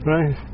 Right